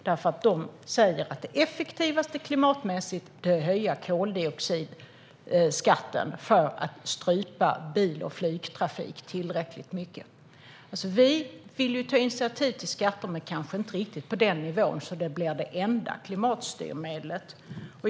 De säger att det klimatmässigt effektivaste är att höja koldioxidskatten för att strypa bil och flygtrafik. Vi vill ta initiativ till skatter, men kanske inte på den nivån, så att det blir det enda klimatstyrmedlet.